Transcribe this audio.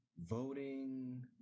voting